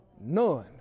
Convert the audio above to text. None